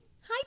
Hi